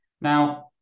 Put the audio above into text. Now